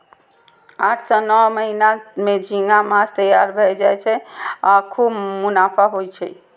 आठ सं नौ महीना मे झींगा माछ तैयार भए जाय छै आ खूब मुनाफा होइ छै